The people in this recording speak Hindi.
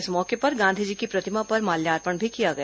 इस मौके पर गांधी जी की प्रतिमा पर माल्यार्पण भी किया गया